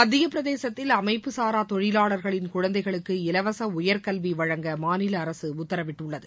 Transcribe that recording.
மத்திய பிரதேசத்தில் அமைப்பு சாரா தொழிலாளர்களின் குழந்தைகளுக்கு இலவச உயர் கல்வி வழங்க மாநில அரசு உத்தரவிட்டுள்ளது